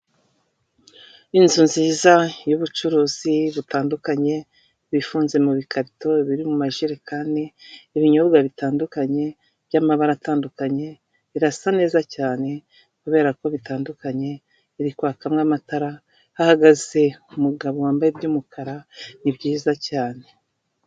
Inzu nziza y'ubucuruzi butandukanye bifunze mu bikarito biri mu majerekani ibinyobwa bitandukanye byamabara atandukanye birasa neza cyane. Kuberako bitandukanye iri kwakamwe amatara, ahagaze umugabo wambaye byuumukara nibyiza cyane.